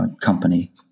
company